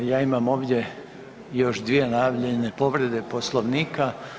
Ja imamo ovdje još dvije najavljene povrede Poslovnika.